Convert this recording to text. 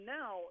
now